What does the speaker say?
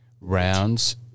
rounds